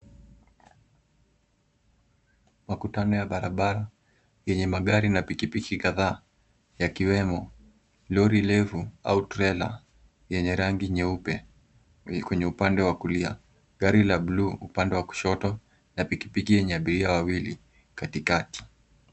Makutano ya barabara enye magari na pikipiki kataa yakiwemo lori refu au trela enye rangi nyeupe enye iko upande wa kulia, gari la bluu upande wa kushoto na pikipiki enye abiria wawili katikati.